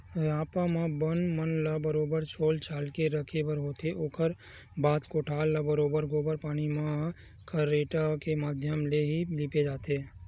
रापा म बन मन ल बरोबर छोल छाल के रखे बर होथे, ओखर बाद कोठार ल बरोबर गोबर पानी म खरेटा के माधियम ले ही लिपे जाथे